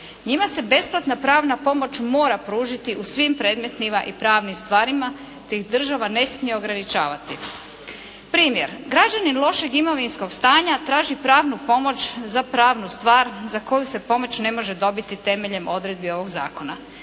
Njima se besplatna pravna pomoć mora pružiti u svim predmetima i pravnim stvarima te ih država ne smije ograničavati. Primjer, građanin lošeg imovinskog stanja traži pravnu pomoć za pravnu stvar za koju se pomoć ne može dobiti temeljem odredbi ovog zakona.